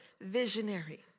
visionary